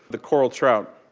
the coral trout.